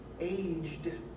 aged